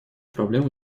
проблем